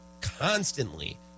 constantly